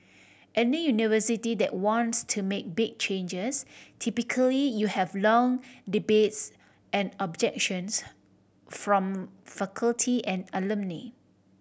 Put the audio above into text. any university that wants to make big changes typically you have long debates and objections from faculty and alumni